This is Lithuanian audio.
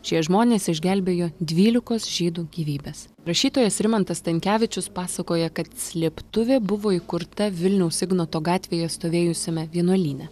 šie žmonės išgelbėjo dvylikos žydų gyvybes rašytojas rimantas stankevičius pasakoja kad slėptuvė buvo įkurta vilniaus ignoto gatvėje stovėjusiame vienuolyne